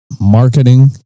marketing